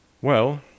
Well